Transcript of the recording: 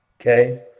okay